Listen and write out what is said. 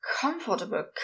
comfortable